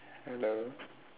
hello